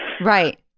Right